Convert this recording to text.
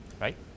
right